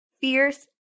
fierce